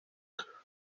our